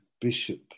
bishop